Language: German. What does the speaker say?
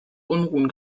unruhen